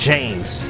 James